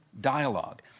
dialogue